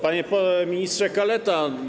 Panie Ministrze Kaleta!